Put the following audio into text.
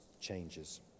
changes